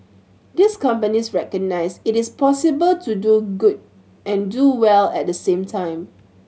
these companies recognise it is possible to do good and do well at the same time